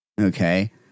okay